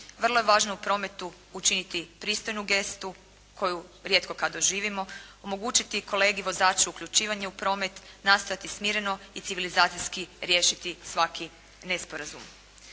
Vrlo je važno u prometu učiniti pristojnu gestu koju rijetko kad doživimo, omogućiti kolegi vozaču uključivanje u promet, nastojati smireno i civilizacijski riješiti svaki nesporazum.